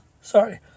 Sorry